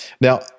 now